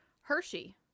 hershey